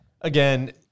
again